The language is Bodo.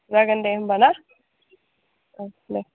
जागोन दे होनबा ना औ देह